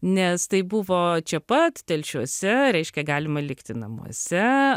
nes tai buvo čia pat telšiuose reiškia galima likti namuose